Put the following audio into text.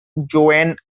joanne